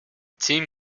team